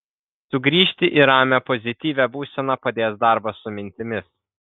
sugrįžti į ramią pozityvią būseną padės darbas su mintimis